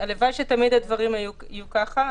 הלוואי שתמיד הדברים יהיו כך.